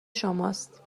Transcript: شماست